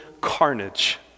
carnage